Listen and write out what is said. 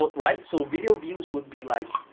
but right, so video views would be like,